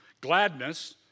gladness